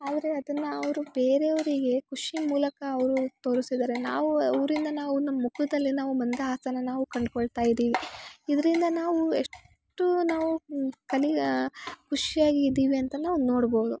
ಆದರೆ ಅದನ್ನು ಅವರು ಬೇರೆಯವರಿಗೆ ಖುಷಿ ಮೂಲಕ ಅವರು ತೋರಿಸಿದಾರೆ ನಾವು ಅವರಿಂದ ನಾವು ನಮ್ಮ ಮುಖದಲ್ಲಿ ನಾವು ಮಂದಹಾಸನ ನಾವು ಕಂಡುಕೊಳ್ತಾ ಇದೀವಿ ಇದರಿಂದ ನಾವು ಎಷ್ಟೂ ನಾವು ಕಲಿಯ ಖುಷಿಯಾಗ್ ಇದೀವಿ ಅಂತ ನಾವು ನೋಡ್ಬೌದು